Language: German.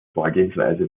vorgehensweise